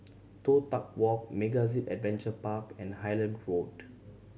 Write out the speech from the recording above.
Toh Tuck Walk MegaZip Adventure Park and Highland Road